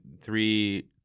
three